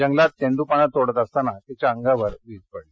जंगलात तेंदूपानं तोडत असताना तिच्या अंगावर वीज पडली